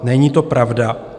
Není to pravda.